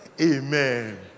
Amen